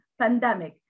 pandemic